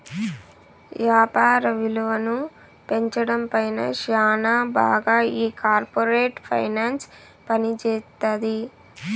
యాపార విలువను పెంచడం పైన శ్యానా బాగా ఈ కార్పోరేట్ ఫైనాన్స్ పనిజేత్తది